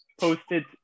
posted